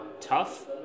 tough